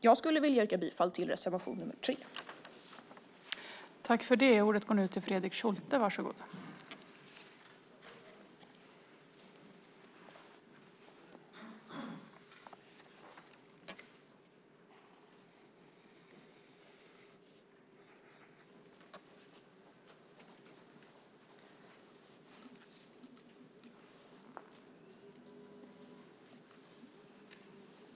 Jag yrkar bifall till reservation nr 3.